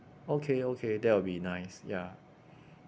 okay okay that will be nice ya